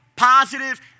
positive